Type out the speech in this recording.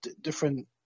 different